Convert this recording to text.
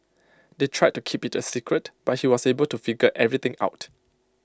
they tried to keep IT A secret but he was able to figure everything out